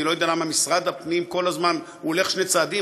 אני לא יודע למה משרד הפנים כל הזמן הולך שני צעדים,